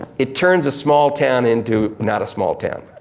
it turns a small town into not a small town.